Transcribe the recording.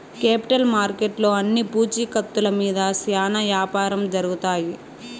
capital మార్కెట్లో అన్ని పూచీకత్తుల మీద శ్యానా యాపారం జరుగుతాయి